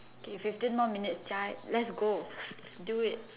okay fifteen more minutes 加 let's go do it